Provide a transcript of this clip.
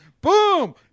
Boom